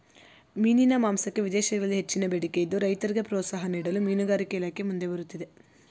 ಮೀನಿನ ಮಾಂಸಕ್ಕೆ ವಿದೇಶಗಳಲ್ಲಿ ಹೆಚ್ಚಿನ ಬೇಡಿಕೆ ಇದ್ದು, ರೈತರಿಗೆ ಪ್ರೋತ್ಸಾಹ ನೀಡಲು ಮೀನುಗಾರಿಕೆ ಇಲಾಖೆ ಮುಂದೆ ಬರುತ್ತಿದೆ